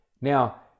Now